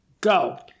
Go